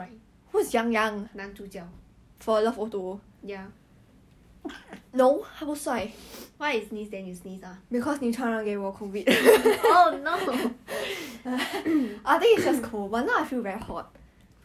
then you work with lawrence wong how is that forty plus he is thirty two bro 做什么你一直讲他四十他三十二罢了 lah but that is almost twice your age